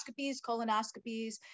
colonoscopies